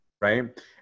right